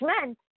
meant